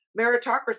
meritocracy